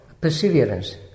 perseverance